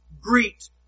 greet